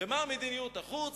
ומה מדיניות החוץ?